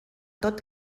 tot